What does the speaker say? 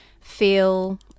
feel